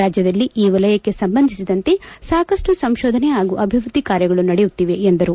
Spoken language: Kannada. ರಾಜ್ಯದಲ್ಲಿ ಈ ವಲಯಕ್ಕೆ ಸಂಬಂಧಿಸಿದಂತೆ ಸಾಕಷ್ಟು ಸಂಶೋಧನೆ ಹಾಗೂ ಅಭಿವೃದ್ದಿ ಕಾರ್ಯಗಳು ನಡೆಯುತ್ತಿವೆ ಎಂದರು